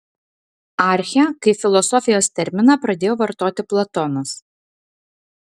archę kaip filosofijos terminą pradėjo vartoti platonas